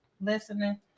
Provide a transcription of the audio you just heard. listening